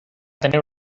tener